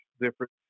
different